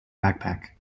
backpack